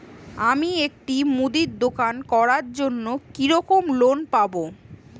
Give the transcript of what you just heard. আমি একটি মুদির দোকান করার জন্য কি রকম লোন পাব?